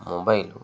mobile